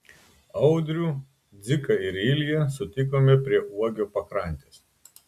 audrių dziką ir ilją sutikome prie uogio pakrantės